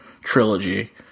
trilogy